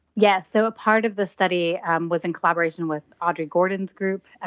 yes, so a part of this study um was in collaboration with aubree gordon's group,